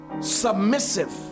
submissive